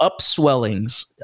upswellings